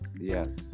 yes